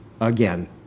Again